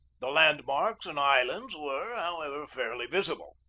the landmarks and islands were, however, fairly visible,